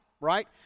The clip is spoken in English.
right